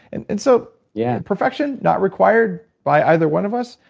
and and so yeah perfection, not required by either one of us.